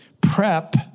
prep